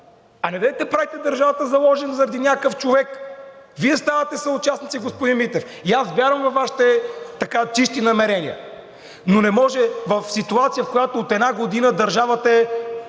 а недейте да правите държавата заложник заради някакъв човек. Вие ставате съучастници, господин Митев. Аз вярвам във Вашите чисти намерения, но не може в ситуация, в която от една година държавата е